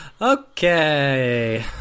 okay